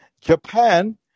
Japan